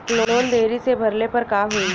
Loan देरी से भरले पर का होई?